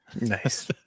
nice